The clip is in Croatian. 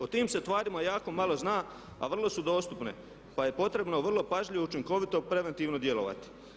O tim se tvarima jako malo zna, a vrlo su dostupne pa je potrebno vrlo pažljivo i učinkovito preventivno djelovati.